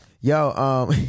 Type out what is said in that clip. yo